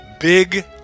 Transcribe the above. Big